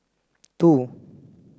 two